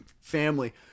family